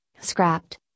scrapped